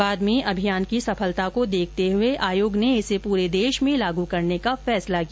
बाद में अभियान की सफलता को देखते हुए आयोग ने इसे पूरे देश में लागू करने का फैसला किया